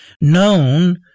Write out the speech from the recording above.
known